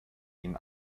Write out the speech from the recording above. ihnen